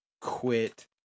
Quit